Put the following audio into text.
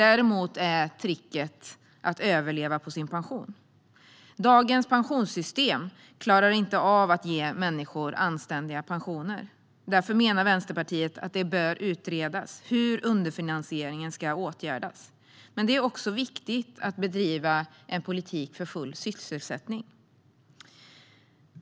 Tricket är att överleva på sin pension. Dagens pensionssystem klarar inte av att ge människor anständiga pensioner. Därför menar Vänsterpartiet att det bör utredas hur underfinansieringen ska åtgärdas, men det är också viktigt att bedriva en politik för full sysselsättning.